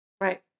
Right